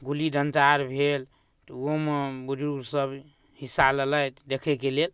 गुल्ली डण्टा आओर भेल तऽ ओहोमे बुजुर्गसभ हिस्सा लेलथि देखैके लेल